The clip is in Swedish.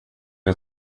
jag